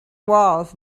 walls